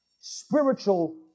spiritual